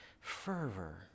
fervor